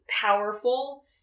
powerful